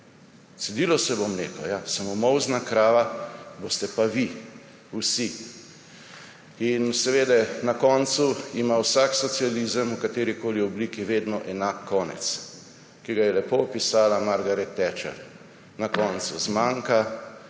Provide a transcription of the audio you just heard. Cedilo se bo mleko ja, samo molzna krava boste pa vi vsi. In seveda, na koncu ima vsak socializem v katerikoli obliki vedno enak konec, ki ga je lepo opisala Margaret Thatcher: Na koncu zmanjka